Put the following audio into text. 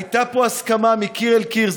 הייתה פה הסכמה מקיר אל קיר.